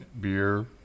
beer